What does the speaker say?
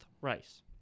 race